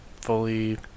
fully